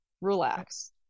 relax